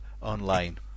online